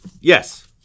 Yes